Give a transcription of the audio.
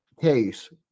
case